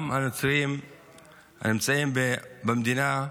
גם הנוצרים הנמצאים במדינה,